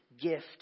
gift